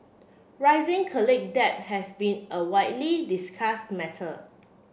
rising college debt has been a widely discussed matter